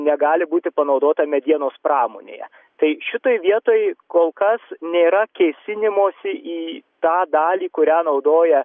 negali būti panaudota medienos pramonėje tai šitoj vietoj kol kas nėra kėsinimosi į tą dalį kurią naudoja